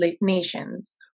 nations